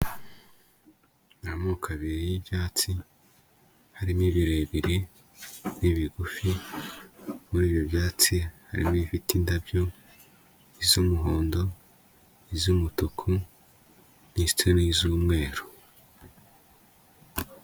Ni amoko abiri y'ibyatsi, harimo ibirebire n'ibigufi. Muri ibi byatsi harimo ibifite indabyo iz'umuhondo, iz'umutuku ndetse n'iz'umweru.